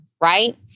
right